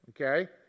okay